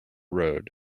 road